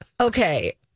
Okay